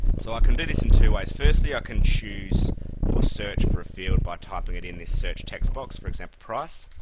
so i can do this in two ways, firstly i can choose or search for a field, by typing it in this search text book, for example price.